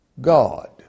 God